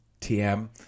TM